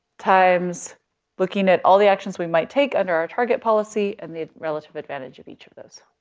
times looking at all the actions we might take under our target policy and the relative advantage of each of those